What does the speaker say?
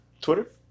Twitter